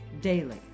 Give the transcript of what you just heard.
daily